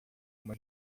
uma